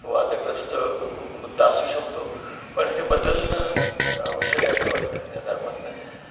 वादग्रस्त मुद्दा असू शकतो पण हे बदलणं आवश्यक आहे असं वाटतं ह्या धर्मातून